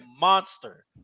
monster